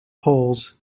poles